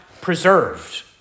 preserved